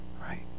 right